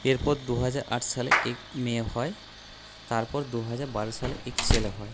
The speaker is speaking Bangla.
এরপর দুহাজার আট সালে এক মেয়ে হয় তারপর দুহাজার বারো সালে এক ছেলে হয়